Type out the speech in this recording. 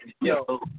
Yo